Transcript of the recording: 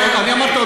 אני אמרתי,